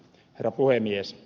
herra puhemies